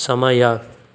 ಸಮಯ